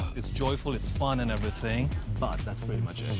it's joyful, it's fun and everything, but that's pretty much